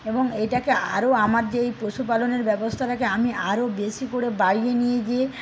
এবং এটাকে আরো আমার যেই পশুপালনের ব্যবস্থাটাকে আমি আরো বেশি করে বাইরে নিয়ে গিয়ে